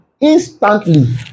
instantly